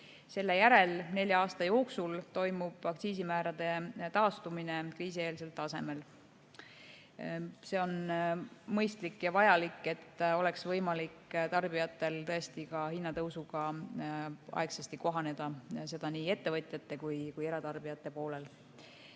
selle järel nelja aasta jooksul toimub aktsiisimäärade taastumine kriisieelsele tasemele. See on mõistlik ja vajalik, et tarbijatel oleks võimalik tõesti hinnatõusuga aegsasti kohaneda, seda nii ettevõtjate kui ka eratarbijate poolel.